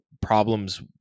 problems